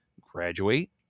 graduate